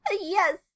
yes